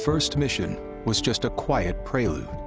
first mission was just a quiet prelude.